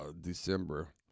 December